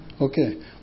Okay